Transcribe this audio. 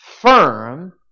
firm